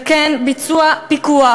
וכן ביצוע פיקוח,